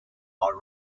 are